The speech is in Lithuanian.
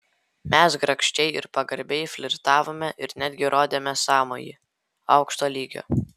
mes grakščiai ir pagarbiai flirtavome ir netgi rodėme sąmojį aukšto lygio